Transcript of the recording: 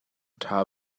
ṭha